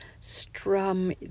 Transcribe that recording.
strum